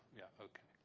yeah. okay.